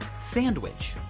sandwich,